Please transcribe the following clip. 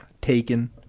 Taken